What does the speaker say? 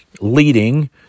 leading